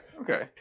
okay